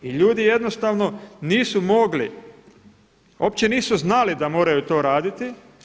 I ljudi jednostavno nisu mogli, uopće nisu znali da moraju to raditi.